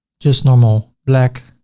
just normal black.